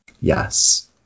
yes